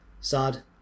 sad